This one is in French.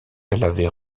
l’avait